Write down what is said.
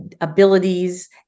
abilities